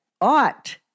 ought